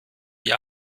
die